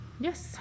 yes